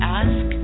ask